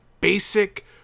basic